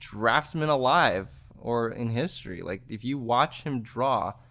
draftsman alive or in history. like if you watch him draw,